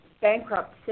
bankrupt